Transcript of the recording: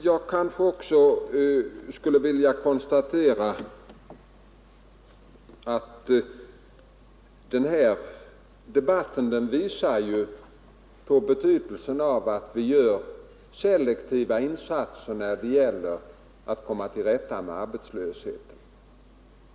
Jag konstaterar också att den här debatten visar betydelsen av att vi gör selektiva insatser när det gäller att komma till rätta med arbetslösheten.